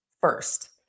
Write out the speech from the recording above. first